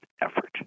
effort